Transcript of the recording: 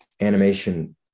animation